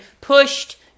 pushed